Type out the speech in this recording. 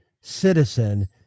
citizen